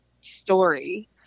story